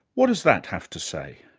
what does that have to say?